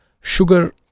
sugar